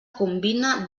combina